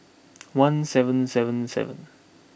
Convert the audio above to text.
one seven seven seven